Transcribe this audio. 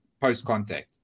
post-contact